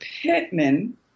Pittman